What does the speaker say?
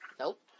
Nope